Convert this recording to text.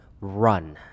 run